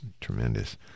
Tremendous